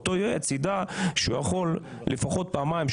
שאותו יועץ ידע שהוא יכול לפחות פעמיים,